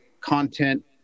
content